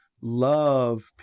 love